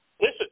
Listen